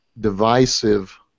divisive